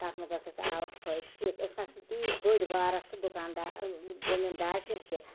تَتھ منٛز اوس اَسہِ آو فٲیدٕ تہِ أسۍ نَہ حظ چھِ نہٕ تیٖتۍ بٔڑۍ بارٕ سُہ دُکان دار زٔمیٖن دار کیٚنٛہہ تہِ